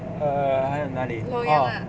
err 还有哪里 oh